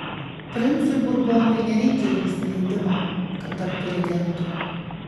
princui burbonui nereikia jūsų leidimo kad taptų regentu